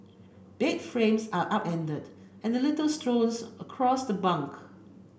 bed frames are upended and litter strewn's across the bunk